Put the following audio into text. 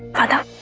and